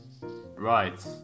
Right